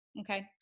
Okay